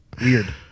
Weird